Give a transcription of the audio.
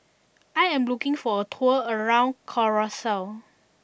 I am looking for a tour around Curacao